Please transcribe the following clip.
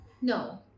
No